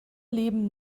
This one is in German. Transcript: leben